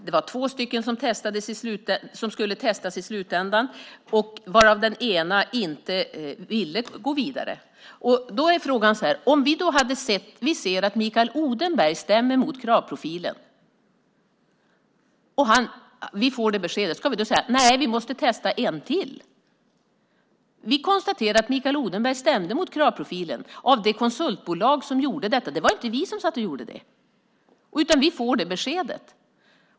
Det var två stycken som skulle testas i slutändan, varav den ena inte ville gå vidare. Om vi då får detta besked och ser att Mikael Odenberg stämmer mot kravprofilen, ska vi då säga: Nej, vi måste testa en till. Vi konstaterade att Mikael Odenberg stämde mot den kravprofilen som konsultbolaget hade gjort. Det var inte vi som gjorde den.